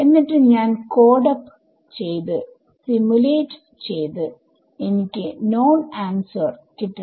എന്നിട്ട് ഞാൻ code up ചെയ്ത് സിമുലേറ്റ് ചെയ്ത് എനിക്ക് നോൺ ആൻസർ കിട്ടണം